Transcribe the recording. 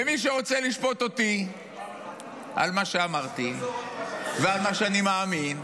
ומי שרוצה לשפוט אותי על מה שאמרתי ועל מה שאני מאמין,